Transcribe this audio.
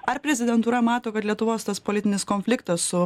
ar prezidentūra mato kad lietuvos tas politinis konfliktas su